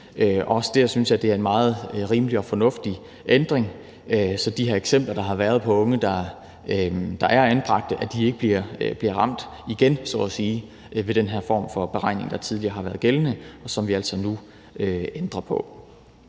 Også der synes jeg, det er en meget rimelig og fornuftig ændring, så de unge, der er anbragt – som vi har set eksempler på – ikke bliver ramt igen, så at sige, ved den her form for beregning, der tidligere har været gældende, og som vi altså nu ændrer på.